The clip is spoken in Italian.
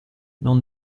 non